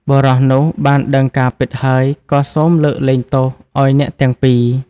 បុរសនោះបានដឹងការពិតហើយក៏សូមលើកលែងទោសឱ្យអ្នកទាំងពីរ។